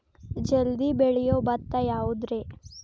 ಜಲ್ದಿ ಬೆಳಿಯೊ ಭತ್ತ ಯಾವುದ್ರೇ?